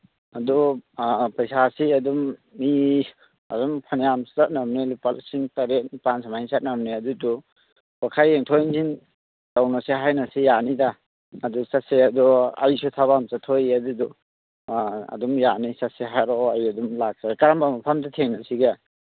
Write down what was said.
ꯑꯗꯣ ꯄꯩꯁꯥꯁꯤ ꯑꯗꯨꯝ ꯃꯤ ꯑꯗꯨꯝ ꯐꯅꯌꯥꯝ ꯆꯠꯅꯝꯅꯦ ꯂꯨꯄꯥ ꯂꯤꯁꯤꯡ ꯇꯔꯦꯠ ꯅꯤꯄꯥꯟ ꯁꯨꯃꯥꯏꯅ ꯆꯠꯅꯝꯅꯦ ꯑꯗꯨ ꯑꯣ ꯈꯔ ꯌꯦꯡꯊꯣꯛ ꯌꯦꯡꯖꯤꯟ ꯇꯧꯅꯁꯦ ꯍꯥꯏꯅꯁꯦ ꯌꯥꯅꯤꯗ ꯑꯗꯨ ꯆꯠꯁꯦ ꯑꯗꯨ ꯑꯩꯁꯤ ꯊꯕꯛ ꯑꯃ ꯆꯠꯊꯣꯛꯏ ꯑꯗꯨꯗꯨ ꯑꯥ ꯑꯗꯨꯝ ꯌꯥꯅꯤ ꯆꯠꯁꯦ ꯍꯥꯏꯔꯛꯑꯣ ꯑꯩ ꯑꯗꯨꯝ ꯂꯥꯛꯆꯒꯦ ꯀꯔꯝꯕ ꯃꯐꯝꯗ ꯊꯦꯡꯅꯁꯤꯒꯦ